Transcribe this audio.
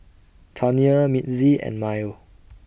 Tanya Mitzi and Myer